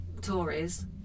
Tories